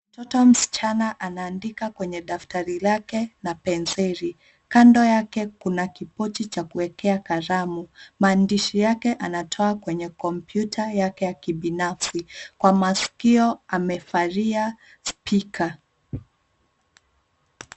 Mtito msichana anaandika kwenye daftari lake na penseli. Kando yake kuna kipochi cha kuekea kalamu. Maandishi yake anatoa kwenye kompyuta yake ya binafsi. Kwa masikio amevalia spika.